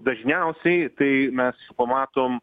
dažniausiai tai mes matom